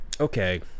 Okay